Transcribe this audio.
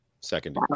second